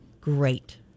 Great